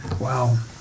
Wow